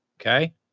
okay